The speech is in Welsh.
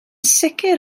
sicr